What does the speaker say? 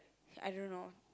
I don't know